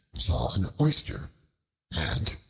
saw an oyster and,